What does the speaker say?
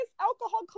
alcohol